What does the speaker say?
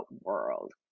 world